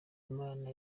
imana